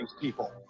people